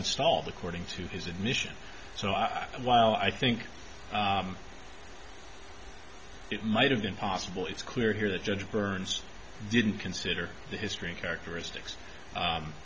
install the cording to his admission so i while i think it might have been possible it's clear here that judge burns didn't consider the history characteristics